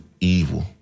Evil